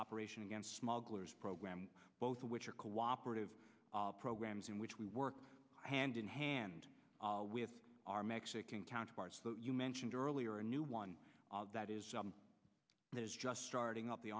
operation against smugglers program both of which are cooperative programs in which we work hand in hand with our mexican counterparts that you mentioned earlier a new one that is just starting up the